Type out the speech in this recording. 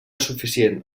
suficient